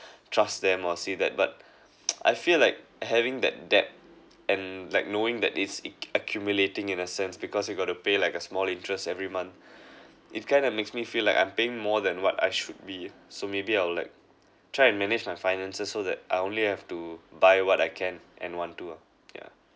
trust them or see that but I feel like having that debt and like knowing that it's accu~~ accumulating in a sense because you got to pay like a small interest every month it kind of makes me feel like I'm paying more than what I should be so maybe I'll like try and manage my finances so that I only have to buy what I can and want to ah yeah